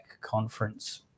conference